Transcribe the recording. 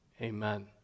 amen